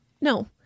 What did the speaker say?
No